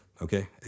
okay